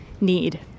need